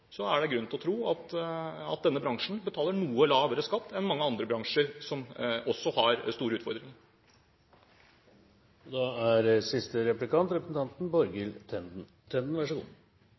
Så må vi selvfølgelig se på hvordan ulike land rundt oss agerer rundt disse spørsmålene, men det er ingen tvil om at per dags dato er det grunn til å tro at denne bransjen betaler noe lavere skatt enn mange andre bransjer som også har store